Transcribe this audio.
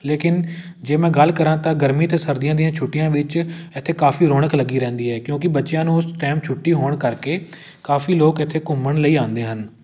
ਲੇਕਿਨ ਜੇ ਮੈਂ ਗੱਲ ਕਰਾਂ ਤਾਂ ਗਰਮੀ ਅਤੇ ਸਰਦੀਆਂ ਦੀਆਂ ਛੁੱਟੀਆਂ ਵਿੱਚ ਇੱਥੇ ਕਾਫੀ ਰੌਣਕ ਲੱਗੀ ਰਹਿੰਦੀ ਹੈ ਕਿਉਂਕਿ ਬੱਚਿਆਂ ਨੂੰ ਉਸ ਟਾਈਮ ਛੁੱਟੀ ਹੋਣ ਕਰਕੇ ਕਾਫੀ ਲੋਕ ਇੱਥੇ ਘੁੰਮਣ ਲਈ ਆਉਂਦੇ ਹਨ